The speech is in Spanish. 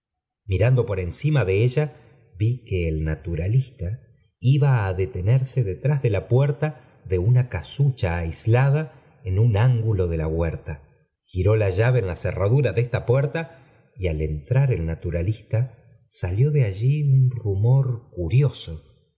mirando por encima de ella vi que el naturalista iba á detenerse delante de la puerta de una casuclm aislada en un ángulo de la huerta giró la llave en la cerradura de esta puerta y al entrar el naturalista salió de allí un rumor curioso